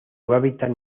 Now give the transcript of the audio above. hábitat